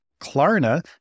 Klarna